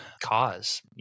cause